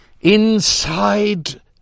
inside